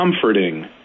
comforting